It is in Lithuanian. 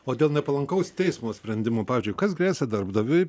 o dėl nepalankaus teismo sprendimo pavyzdžiui kas gresia darbdaviui